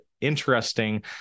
interesting